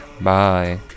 Bye